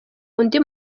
undi